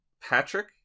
Patrick